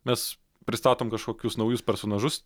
mes pristatom kažkokius naujus personažus